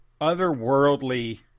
otherworldly